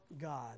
God